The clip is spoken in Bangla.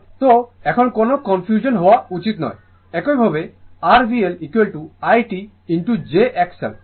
তো এখন কোনও বিভ্রান্তি হওয়া উচিত নয় একইভাবে r VL i t j XL